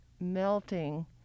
melting